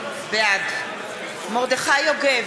בעד מרדכי יוגב,